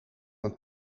een